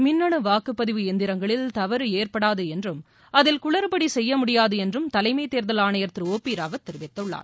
மின்னனு வாக்குப்பதிவு எந்திரங்களில் தவறு ஏற்படாது என்றும் அதில் குளறுபடி செய்ய முடியாது என்றும் தலைமைத் தேர்தல் ஆணையர் திரு ஓ பி ராவத் தெரிவித்துள்ளார்